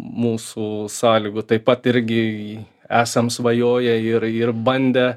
mūsų sąlygų taip pat irgi esam svajoję ir ir bandę